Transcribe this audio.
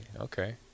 Okay